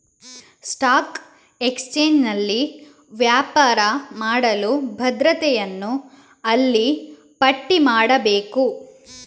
stock ಎಕ್ಸ್ಚೇಂಜಿನಲ್ಲಿ ವ್ಯಾಪಾರ ಮಾಡಲು ಭದ್ರತೆಯನ್ನು ಅಲ್ಲಿ ಪಟ್ಟಿ ಮಾಡಬೇಕು